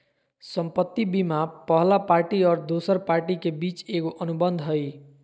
संपत्ति बीमा पहला पार्टी और दोसर पार्टी के बीच एगो अनुबंध हइ